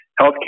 healthcare